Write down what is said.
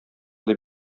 дип